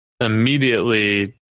immediately